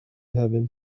heaven